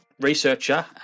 researcher